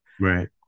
Right